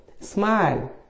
Smile